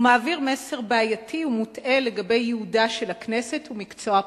הוא מעביר מסר בעייתי ומוטעה לגבי ייעודה של הכנסת ומקצוע הפוליטיקה.